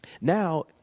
Now